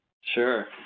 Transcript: Sure